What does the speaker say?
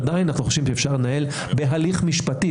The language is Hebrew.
עדיין אנחנו חושבים שאפשר לנהל בהליך משפטי,